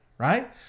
Right